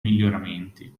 miglioramenti